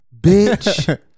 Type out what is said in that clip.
Bitch